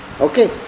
Okay